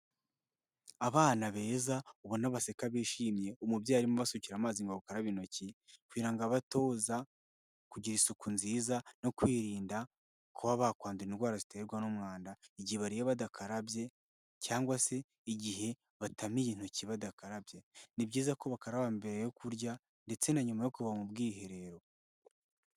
Abana beza ubona baseka bishimye, umubyeyi arimo abasukira amazi ngo bakarabe intoki kugirango kugira ngo abatoza kugira isuku nziza no kwirinda kuba bakwandura indwara ziterwa n'umwanda igihe bariye badakarabye, cyangwa se igihe batamiye intoki badakarabye. Ni byiza ko bakaraba mbere yo kurya ndetse na nyuma yo kuva mu bwiherero.